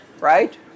Right